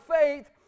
faith